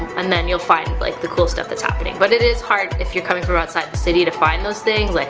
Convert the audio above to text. and then you'll find like the cool stuff that's happening. but it is hard if you're coming from outside the city to find those things, like